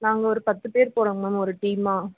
நாங்கள் ஒரு பத்து பேர் போகிறோங் மேம் ஒரு டீம்மா